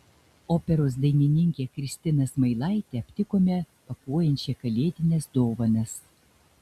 operos dainininkę kristiną zmailaitę aptikome pakuojančią kalėdines dovanas